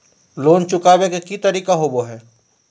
Loan चुकाबे के की तरीका होबो हइ?